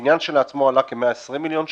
הבניין כשלעצמו עלה כ-120 מיליון שקל,